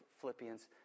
Philippians